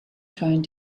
trying